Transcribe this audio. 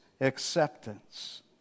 acceptance